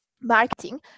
marketing